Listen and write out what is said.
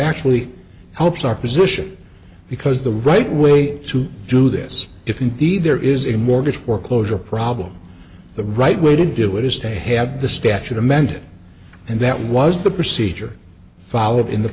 actually helps our position because the right way to do this if indeed there is a mortgage foreclosure problem the right way to do it is to have the statute amended and that was the procedure followed in the